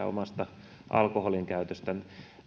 omasta alkoholinkäytöstään